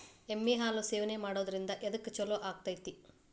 ಎಮ್ಮಿ ಹಾಲು ಸೇವನೆ ಮಾಡೋದ್ರಿಂದ ಎದ್ಕ ಛಲೋ ಆಕ್ಕೆತಿ?